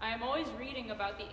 i am always reading about the